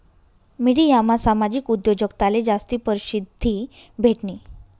मिडियामा सामाजिक उद्योजकताले जास्ती परशिद्धी भेटनी